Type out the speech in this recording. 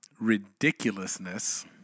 ridiculousness